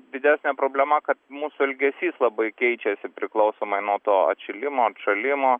didesnė problema kad mūsų elgesys labai keičiasi priklausomai nuo to atšilimo atšalimo